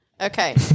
Okay